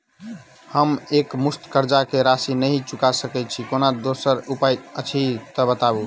हम एकमुस्त कर्जा कऽ राशि नहि चुका सकय छी, कोनो दोसर उपाय अछि तऽ बताबु?